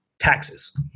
taxes